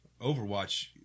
overwatch